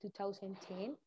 2010